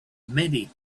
many